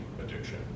addiction